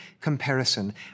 comparison